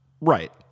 Right